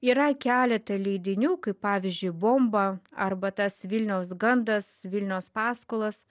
yra keleta leidinių kaip pavyzdžiui bomba arba tas vilniaus gandas vilniaus paskolos